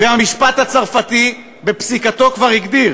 והמשפט הצרפתי בפסיקתו כבר הגדיר